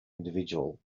individual